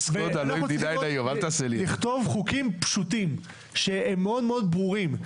צריך לכתוב חוקים פשוטים שהם מאוד מאוד ברורים.